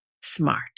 smart